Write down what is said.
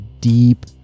deep